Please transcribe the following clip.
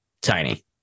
tiny